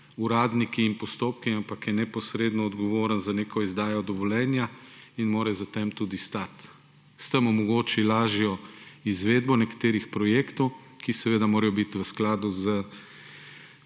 uradniki in postopki, ampak je neposredno odgovoren za neko izdajo dovoljenja in mora za tem tudi stati. S tem omogoči lažjo izvedbo nekaterih projektov, ki seveda morajo biti v skladu s